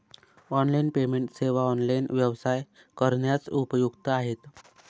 online payment सेवा online व्यवसाय करण्यास उपयुक्त आहेत